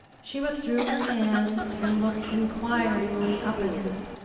she withdrew her hand and looked inquiringly up at him.